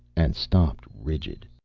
and stopped, rigid.